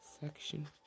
Section